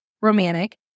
romantic